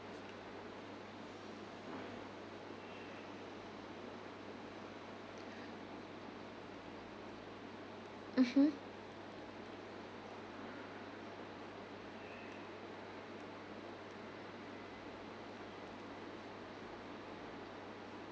mmhmm